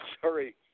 sorry